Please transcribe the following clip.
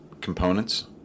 components